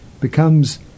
becomes